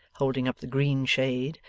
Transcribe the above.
holding up the green shade,